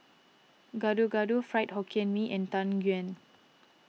Gado Gado Fried Hokkien Mee and Tang Yuen